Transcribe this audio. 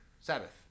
Sabbath